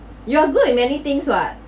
you are good in many things [what]